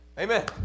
Amen